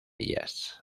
ellas